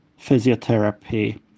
physiotherapy